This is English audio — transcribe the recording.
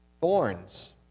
thorns